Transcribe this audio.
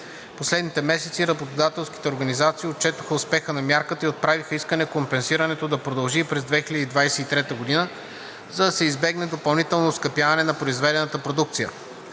Последните месеци работодателските организации отчетоха успеха на мярката и отправиха искане компенсирането да продължи и през 2023 г., за да се избегне допълнително оскъпяване на произведената продукция.